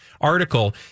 article